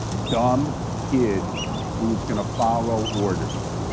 dumb kid who is going to follow orders.